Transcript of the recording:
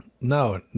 No